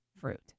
fruit